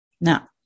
Now